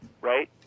right